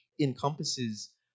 encompasses